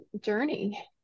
journey